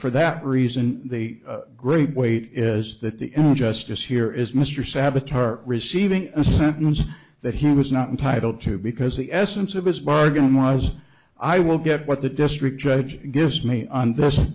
for that reason the great weight is that the injustice here is mr saboteur receiving a sentence that he was not entitled to because the essence of his bargain was i will get what the district judge gives me on this